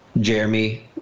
Jeremy